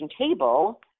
table